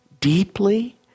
deeply